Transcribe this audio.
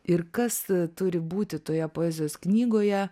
ir kas turi būti toje poezijos knygoje